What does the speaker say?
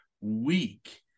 week